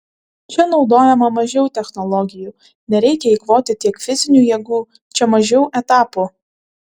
čia naudojama mažiau technologijų nereikia eikvoti tiek fizinių jėgų čia mažiau etapų